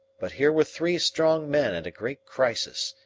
but here were three strong men at a great crisis,